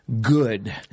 good